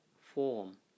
form